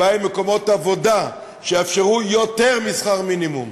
הבעיה היא מקומות עבודה שיאפשרו יותר משכר מינימום.